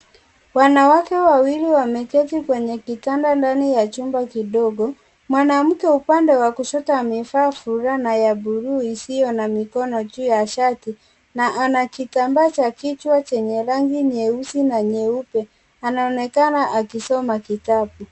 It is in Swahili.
Wanawake wawili wameketi kwenye kitanda ndani ya chumba kidogo. Mwanamke upande wa kushoto, amevaa fulana ya buluu isiyo na mikono juu ya shati na ana kitambaa cha kichwa chenye rangi nyeusi na nyeupe. Anaonekana akisoma kitabu.